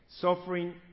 suffering